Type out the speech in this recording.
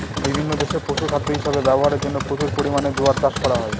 বিভিন্ন দেশে পশুখাদ্য হিসাবে ব্যবহারের জন্য প্রচুর পরিমাণে জোয়ার চাষ করা হয়